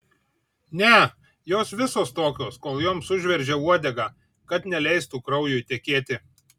ne jos visos tokios kol joms užveržia uodegą kad neleistų kraujui tekėti